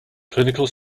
clinical